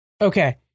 Okay